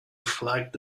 flagged